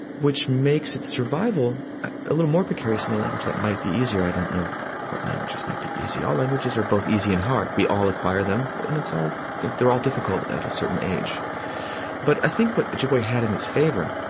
which makes its survival a little more precarious than a language that might be easier. i don't know what languages might be easy. all languages are both easy and hard. we all acquire them, and they're all difficult at a certain age but i think what ojibwe had in its favor,